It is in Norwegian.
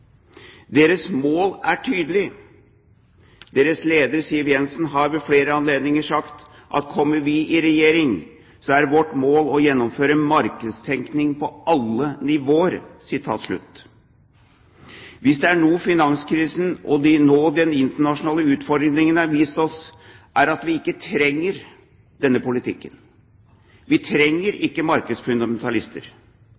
mål er tydelig. Lederen, Siv Jensen, har ved flere anledninger sagt at kommer de i regjering, er målet å gjennomføre markedstenkning på alle nivåer. Hvis det er noe finanskrisen og nå den internasjonale utfordringen har vist oss, er det at vi ikke trenger denne politikken. Vi trenger